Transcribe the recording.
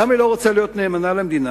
למה היא לא רוצה להיות נאמנה למדינה?